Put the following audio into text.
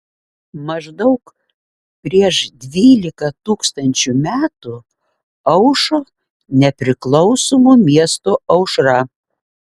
maždaug prieš dvylika tūkstančių metų aušo nepriklausomų miestų aušra